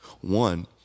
One